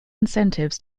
incentives